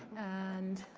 and